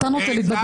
טלי.